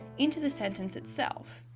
into the sentence itself.